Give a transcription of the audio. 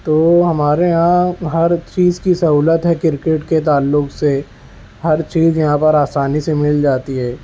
تو ہمارے یہاں ہر چیز کی سہولت ہے کرکٹ کے تعلق سے ہر چیز یہاں پر آسانی سے مل جاتی ہے